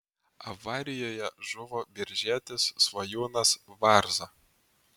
avarijoje žuvo biržietis svajūnas varza